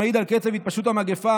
שמעיד על קצב התפשטות המגפה,